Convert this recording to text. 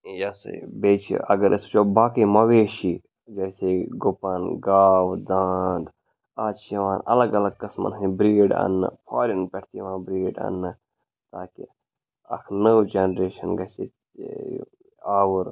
یہِ سا یہِ بیٚیہِ چھِ اگر أسۍ وٕچھو باقٕے مَویشی جیسے گُپَن گاو داند آز چھِ یِوان الگ الگ قٕسمَن ہٕنٛدۍ بریٖڈ اَننہٕ فارِن پٮ۪ٹھ تہِ یِوان بریٖڈ اَننہٕ تاکہِ اَکھ نٔو جَنریشَن گَژھِ ییٚتہِ آوُر